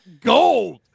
gold